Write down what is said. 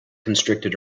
constricted